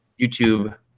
YouTube